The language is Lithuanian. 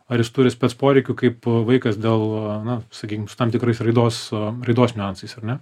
ar jis turi spec poreikių kaip a vaikas dėl a na sakykim su taip tikrais raidos a raidos niuansais ar ne